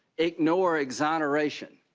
ignore exoneration.